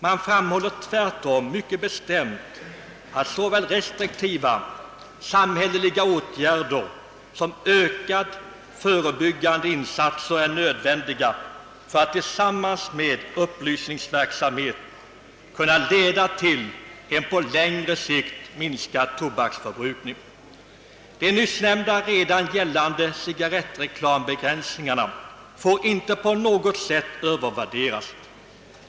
Man «framhåller tvärtom mycket bestämt, att såväl restriktiva samhälleliga åtgärder som ökade förebyggande insatser är nödvändiga för att tillsammans med upplysningsverksamhet kunna leda till en på längre sikt minskad tobaksförbrukning. De nyssnämnda redan gällande cigarrettreklambegränsningarna får inte på något sätt övervärderas.